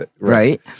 Right